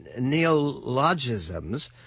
neologisms